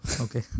Okay